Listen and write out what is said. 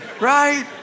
right